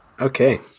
Okay